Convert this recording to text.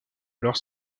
alors